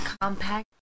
compact